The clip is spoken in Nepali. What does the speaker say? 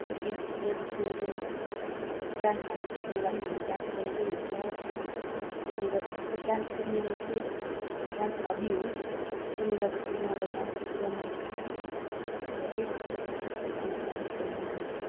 गेटटुगेदरतिर जाउँ डान्स हामी त्यतिबेला पनि हामी डान्स गरेकै हुन्छ त्यसले गर्दाखेरि चाहिँ डान्स चाहिँ मेरो चाहिँ डान्स हबी हो त्यसले गर्दाखेरि मलाई डान्स चाहिँ पुरा मनपर्छ अन्त चाहिँ मलाई डान्स गर्नु मनपर्छ